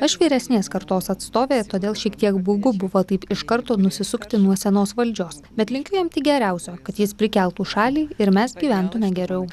aš vyresnės kartos atstovė todėl šiek tiek baugu buvo taip iš karto nusisukti nuo senos valdžios bet linkiu jam tik geriausio kad jis prikeltų šalį ir mes gyventume geriau